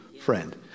friend